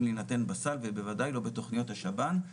להינתן בסל ובוודאי לא בתכניות השב"ן.